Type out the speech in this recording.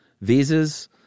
visas